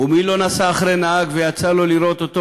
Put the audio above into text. ומי לא נסע אחרי נהג ויצא לו לראות אותו